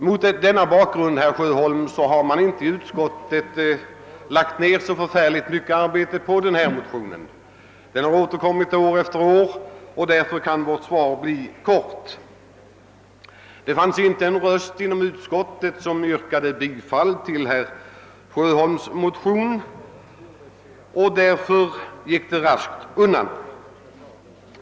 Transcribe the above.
Mot denna bakgrund, herr Sjöholm, har man inte i utskottet ägnat så särskilt mycket arbete åt denna motion. Den har återkommit år efter år och därför kan vårt svar bli kort. Det höjdes inte en enda röst inom utskottet till förmån för herr Sjöholms motion, och därför gick det raskt undan med behandlingen.